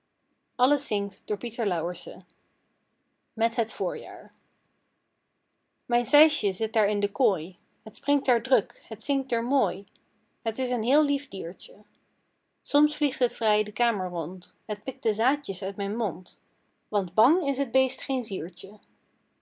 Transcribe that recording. met het voorjaar mijn sijsje zit daar in de kooi het springt daar druk het zingt er mooi het is een heel lief diertje soms vliegt het vrij de kamer rond het pikt de zaadjes uit mijn mond want bang is t beest geen ziertje